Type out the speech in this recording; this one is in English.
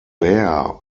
baer